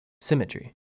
Symmetry